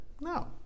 No